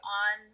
on